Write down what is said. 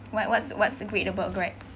what what's what's great about Grab